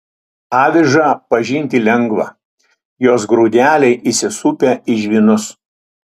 avižą pažinti lengva jos grūdeliai įsisupę į žvynus